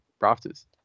rafters